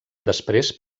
després